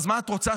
אז מה את רוצה,